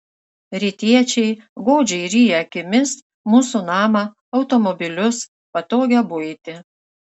rytiečiai godžiai ryja akimis mūsų namą automobilius patogią buitį